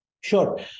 Sure